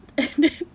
and then